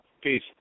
Peace